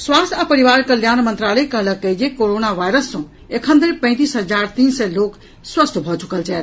स्वास्थ्य आ परिवार कल्याण मंत्रालय कहलक अछि जे कोरोना वायरस सँ एखन धरि पैंतीस हजार तीन सय लोक स्वस्थ भऽ चुकल छथि